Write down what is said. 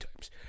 Times